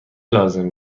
لازم